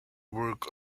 work